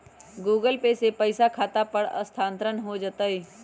Google Pay से पईसा खाता पर स्थानानंतर हो जतई?